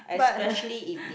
but